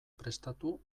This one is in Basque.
prestatu